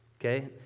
okay